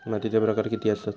मातीचे प्रकार किती आसत?